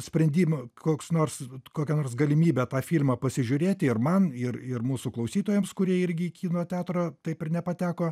sprendimą koks nors kokia nors galimybė tą filmą pasižiūrėti ir man ir ir mūsų klausytojams kurie irgi į kino teatrą taip ir nepateko